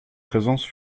présence